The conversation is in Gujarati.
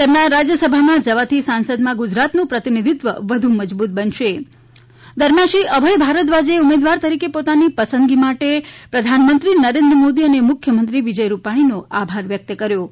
તેમના રાજ્ય સભામાં જવાથી સંસદમાં ગુજરાતનું પ્રતિનિધિત્વ વધુ મજબૂત બનશે દરમિયાન શ્રી અભય ભારદ્વાજે ઉમેદવાર તરીકે પોતાની પસંદગી માટે પ્રધાનમંત્રી નરેન્દ્ર મોદી અને મુખ્ય મંત્રી વિજય રૃપાણીનો આભાર વ્યક્ત કર્યો